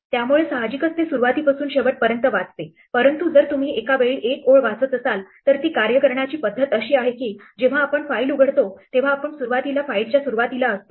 त्यामुळे साहजिकच ते सुरुवातीपासून शेवटपर्यंत वाचते परंतु जर तुम्ही एका वेळी एक ओळ वाचत असाल तर ती कार्य करण्याची पद्धत अशी आहे की जेव्हा आपण फाइल उघडतो तेव्हा आपण सुरुवातीला फाईलच्या सुरुवातीला असतो